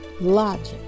Logic